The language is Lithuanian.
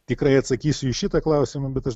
tikrai atsakysiu į šitą klausimą bet aš